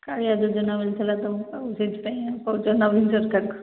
କାଳିଆ ଯୋଜନା ମିଳିଥିଲା ତୁମକୁ ଆଉ ସେଇଥିପାଇଁ କହୁଛ ନବୀନ ସରକାରକୁ